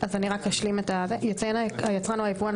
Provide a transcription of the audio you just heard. יציין היצרן או היבואן,